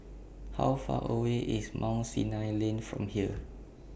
How Far away IS Mount Sinai Lane from here